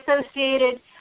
associated